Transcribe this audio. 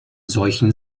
solchen